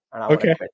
Okay